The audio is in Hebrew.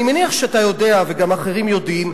אני מניח שאתה יודע, וגם אחרים יודעים,